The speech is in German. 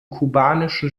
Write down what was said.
kubanischen